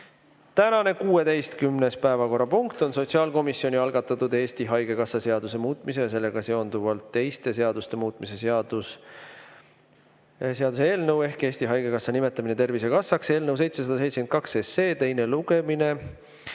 Tänane 16. päevakorrapunkt on sotsiaalkomisjoni algatatud Eesti Haigekassa seaduse muutmise ja sellega seonduvalt teiste seaduste muutmise seaduse (Eesti Haigekassa nimetamine Tervisekassaks) eelnõu 772 teine lugemine.